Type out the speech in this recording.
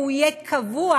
והוא יהיה קבוע,